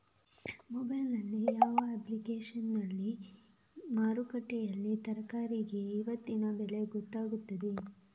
Mobile ನಲ್ಲಿ ಯಾವ ಅಪ್ಲಿಕೇಶನ್ನಲ್ಲಿ ಮಾರುಕಟ್ಟೆಯಲ್ಲಿ ತರಕಾರಿಗೆ ಇವತ್ತಿನ ಬೆಲೆ ಗೊತ್ತಾಗುತ್ತದೆ?